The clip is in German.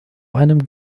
einem